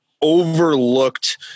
overlooked